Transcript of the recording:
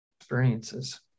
experiences